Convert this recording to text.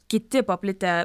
kiti paplitę